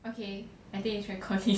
okay I think it is recording